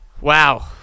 Wow